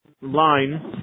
line